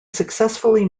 successfully